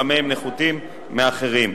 במה הם נחותים מאחרים.